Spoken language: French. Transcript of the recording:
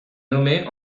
nommée